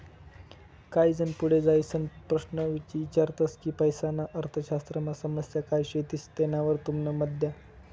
काही जन पुढे जाईसन प्रश्न ईचारतस की पैसाना अर्थशास्त्रमा समस्या काय शेतीस तेनावर तुमनं मत द्या